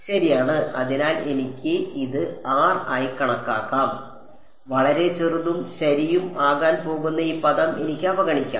ശരിയാണ് അതിനാൽ എനിക്ക് ഇത് R ആയി കണക്കാക്കാം വളരെ ചെറുതും ശരിയും ആകാൻ പോകുന്ന ഈ പദം എനിക്ക് അവഗണിക്കാം